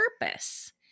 purpose